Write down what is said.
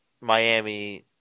Miami